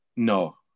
No